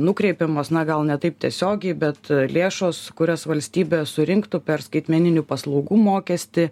nukreipiamos na gal ne taip tiesiogiai bet lėšos kurias valstybė surinktų per skaitmeninių paslaugų mokestį